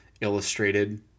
illustrated